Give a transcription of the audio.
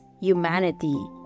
humanity